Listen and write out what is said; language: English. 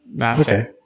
Okay